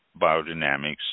biodynamics